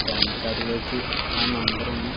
pan കാർഡിലേക്ക് ആ number ഒന്ന്